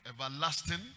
everlasting